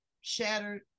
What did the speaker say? shattered